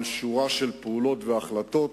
ועל שורה של פעולות והחלטות.